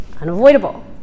unavoidable